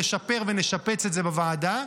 נשפר ונשפץ את זה בוועדה.